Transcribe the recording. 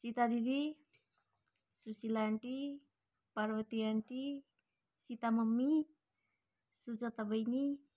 सिता दिदी Sushila aunty Parvati aunty Gita mummy Sujata बैनी